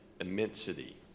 immensity